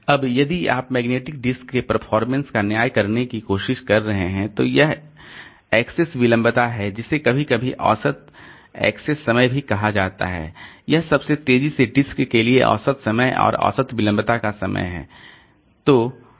अब यदि आप मैग्नेटिक डिस्क के परफॉरमेंस का न्याय करने की कोशिश कर रहे हैं तो यह एक्सेस विलंबता है जिसे कभी कभी औसत एक्सेस समय भी कहा जाता है यह सबसे तेजी से डिस्क के लिए औसत समय और औसत विलंबता का समय है